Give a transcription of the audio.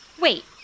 Wait